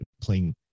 playing